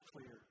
clear